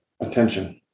Attention